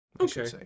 okay